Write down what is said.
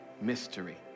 mystery